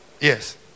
Yes